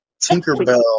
Tinkerbell